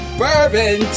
bourbon